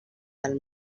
del